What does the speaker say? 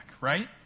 right